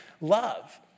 love